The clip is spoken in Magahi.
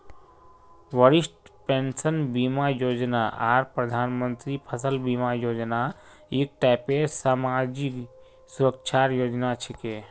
वरिष्ठ पेंशन बीमा योजना आर प्रधानमंत्री फसल बीमा योजना एक टाइपेर समाजी सुरक्षार योजना छिके